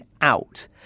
out